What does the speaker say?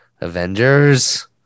Avengers